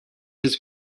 his